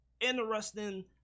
interesting